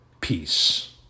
peace